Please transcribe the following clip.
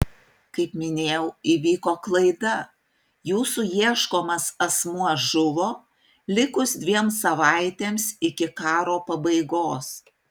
kaip minėjau įvyko klaida jūsų ieškomas asmuo žuvo likus dviem savaitėms iki karo pabaigos